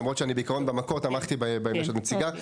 למרות שאני בעקרון, במקור, תמכתי במה שאת מציגה.